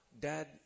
Dad